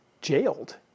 jailed